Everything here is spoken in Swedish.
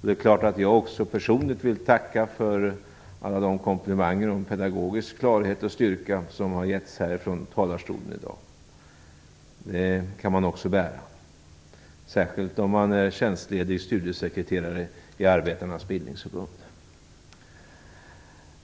Jag vill naturligtvis också personligen tacka för alla de komplimanger om pedagogisk klarhet och styrka som har getts härifrån talarstolen i dag. Det kan man också bära, särskilt om man är tjänstledig studiesekreterare i